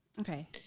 Okay